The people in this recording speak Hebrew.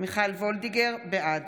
בעד